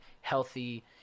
healthy